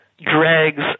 dregs